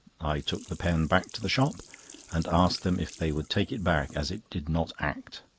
i took the pen back to the shop and asked them if they would take it back, as it did not act.